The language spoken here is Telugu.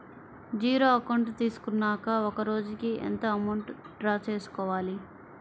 జీరో అకౌంట్ తీసుకున్నాక ఒక రోజుకి ఎంత అమౌంట్ డ్రా చేసుకోవాలి?